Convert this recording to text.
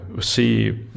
see